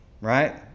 Right